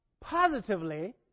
positively